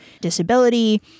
disability